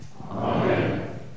Amen